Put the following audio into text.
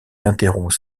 interrompt